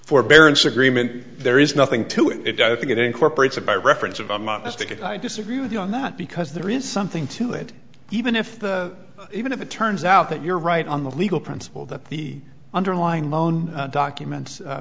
forbearance agreement there is nothing to it i think it incorporates a by reference of a modest ticket i disagree with you on that because there is something to it even if the even if it turns out that you're right on the legal principle that the underlying loan documents